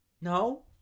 No